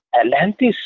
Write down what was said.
Atlantis